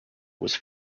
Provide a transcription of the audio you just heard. was